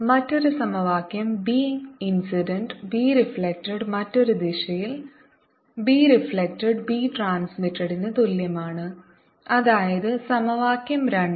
മറ്റൊരു സമവാക്യം b incident b reflected മറ്റൊരു ദിശയിൽ b റിഫ്ലെക്ടഡ് b ട്രാൻസ്മിറ്റഡ്ന് തുല്യമാണ് അതായത് സമവാക്യം രണ്ട്